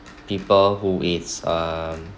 people who are um